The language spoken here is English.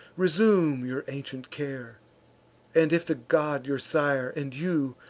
resume your ancient care and, if the god your sire, and you,